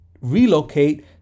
relocate